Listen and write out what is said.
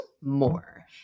more